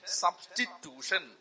substitution